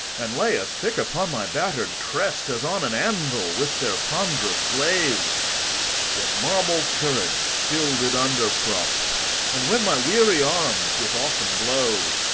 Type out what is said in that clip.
and lay as thick upon my battered crest, as on an anvil, with their ponderous glaves yet marble courage still did underprop and when my weary arms, with often blows,